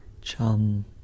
Chum